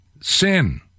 sin